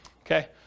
Okay